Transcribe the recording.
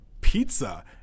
pizza